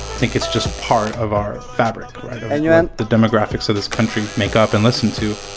think it's just part of our fabric of what the demographics of this country make up and listened to.